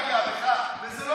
אני מבין שהוא פגע בך, זה בסדר.